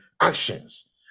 actions